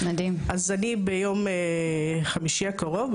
אז אני ביום חמישי הקרוב,